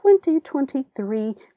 2023